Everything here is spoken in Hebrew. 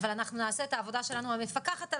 אבל אנחנו נעשה את העבודה שלנו המפקחת על